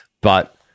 but-